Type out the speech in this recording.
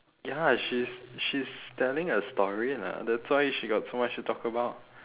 ya she's she's telling a story lah that's why she got so much to talk about